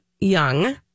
young